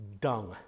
Dung